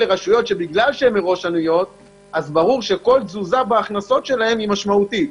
אלה רשויות שכל תזוזה בהכנסות שלהן היא משמעותית.